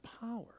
power